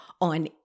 on